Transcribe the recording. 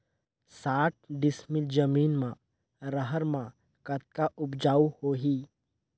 साठ डिसमिल जमीन म रहर म कतका उपजाऊ होही?